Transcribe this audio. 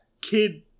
kid